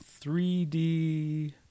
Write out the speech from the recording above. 3D